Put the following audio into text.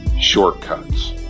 shortcuts